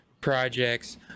projects